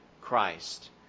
Christ